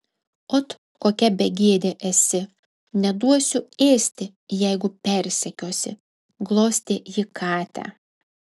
ot kokia begėdė esi neduosiu ėsti jeigu persekiosi glostė ji katę